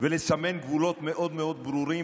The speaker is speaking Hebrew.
ולסמן גבולות מאוד מאוד ברורים,